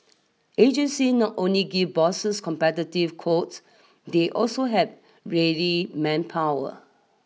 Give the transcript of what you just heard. agencies not only give bosses competitive quotes they also have ready manpower